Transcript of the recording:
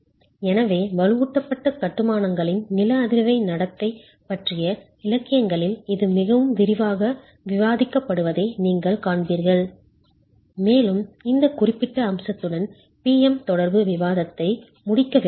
எனவே வலுவூட்டப்பட்ட கட்டுமானங்களின் நில அதிர்வு நடத்தை பற்றிய இலக்கியங்களில் இது மிகவும் விரிவாக விவாதிக்கப்படுவதை நீங்கள் காண்பீர்கள் மேலும் இந்த குறிப்பிட்ட அம்சத்துடன் P M தொடர்பு விவாதத்தை முடிக்க விரும்பினேன்